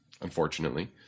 unfortunately